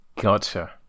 Gotcha